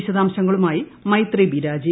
വിശദാംശങ്ങളുമായി മൈത്രി ബി രാജി